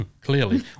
clearly